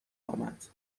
آمد